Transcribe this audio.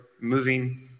moving